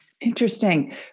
Interesting